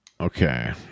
okay